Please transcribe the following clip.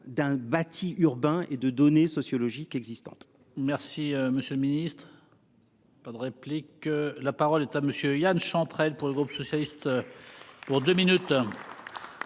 d'un bâti urbain et de données sociologiques existantes. Merci, monsieur le Ministre. Pas de réplique. La parole est à monsieur Yan Chantrel. Pour le groupe socialiste. Pour 2 minutes.